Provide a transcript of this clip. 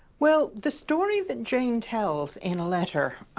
well, the story that jane tells in a letter